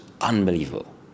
unbelievable